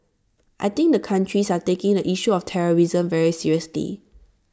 I think the countries are taking the issue of terrorism very seriously